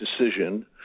decision